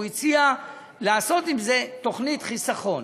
והוא הציע לעשות עם זה תוכנית חיסכון: